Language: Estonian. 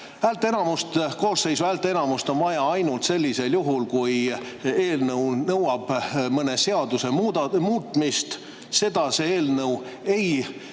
häälteenamust. Koosseisu häälteenamust on vaja ainult sellisel juhul, kui eelnõu nõuab mõne seaduse muutmist. Seda see eelnõu ei